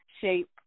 shape